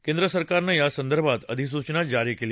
केंद्रसरकारनं यासंदर्भात अधिसूचना जारी केली